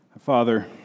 Father